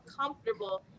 comfortable